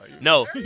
No